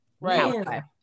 Right